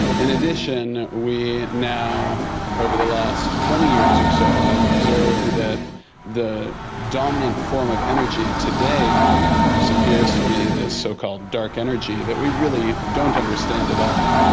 in addition, we now over the last twenty years or so have observed that the dominant form of energy today in our universe appears to be this so-called dark energy that we really don't understand at all.